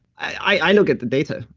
i look at the data.